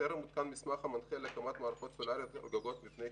טרם עודכן המסמך המנחה להקמת מערכות סולאריות על גגות של מבני חינוך.